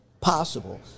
possible